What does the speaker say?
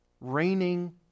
raining